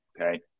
okay